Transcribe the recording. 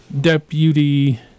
Deputy